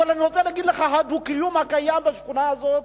אני רוצה להגיד לך שהדו-קיום בשכונה הזאת,